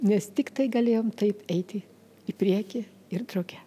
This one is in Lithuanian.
nes tiktai galėjom taip eiti į priekį ir drauge